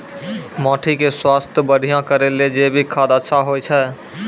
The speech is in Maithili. माटी के स्वास्थ्य बढ़िया करै ले जैविक खाद अच्छा होय छै?